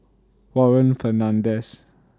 Warren Fernandez